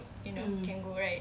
mm